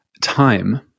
time